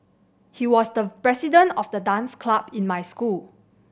he was the president of the dance club in my school